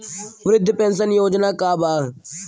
वृद्ध पेंशन योजना का बा?